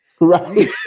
Right